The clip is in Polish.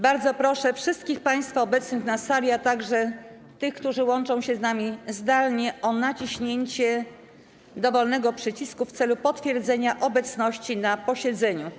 Bardzo proszę wszystkich państwa obecnych na sali, a także tych, którzy łączą się z nami zdalnie, o naciśnięcie dowolnego przycisku w celu potwierdzenia obecności na posiedzeniu.